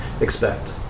expect